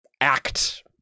act